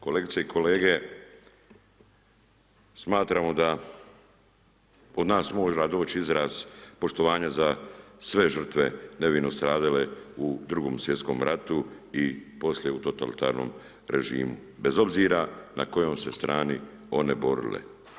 Kolegice i kolege, smatramo da od nas mora doći izraz poštovanje za sve žrtve nevino stradale u drugom svjetskom ratu i poslije u totalitarnom režimu, bez obzira na kojoj strani se one borile.